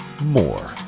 more